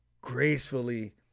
gracefully